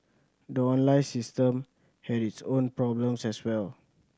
the online system had its own problems as well